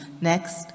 Next